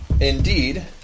indeed